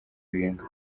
birindwi